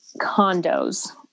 condos